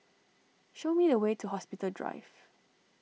show me the way to Hospital Drive